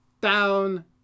down